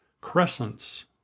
crescents